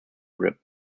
grip